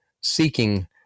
seeking